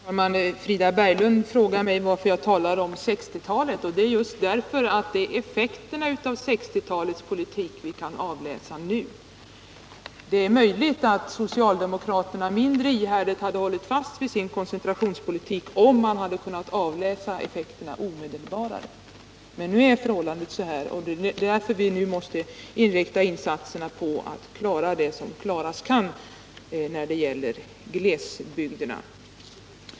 Herr talman! Frida Berglund frågade varför jag talade om 1960-talet. Jo, det ärjust effekterna av 1960-talets politik som vi nu kan avläsa. Det är möjligt att socialdemokraterna mindre ihärdigt hade hållit fast vid sin koncentrationspolitik, om de omedelbart hade kunnat avläsa effekterna. Nu är förhållandena så här, och därför måste vi inrikta insatserna på att klara det som klaras kan när det gäller glesbygderna.